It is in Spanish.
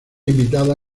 invitada